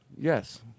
Yes